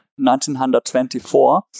1924